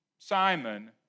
Simon